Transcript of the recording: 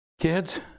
Kids